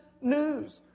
news